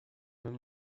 même